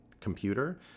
computer